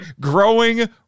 growing